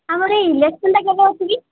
ଆମର ଇଲେକ୍ସନଟା କେବେ ଅଛି କି